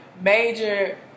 major